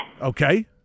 Okay